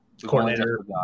Coordinator